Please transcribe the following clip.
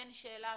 אין שאלה,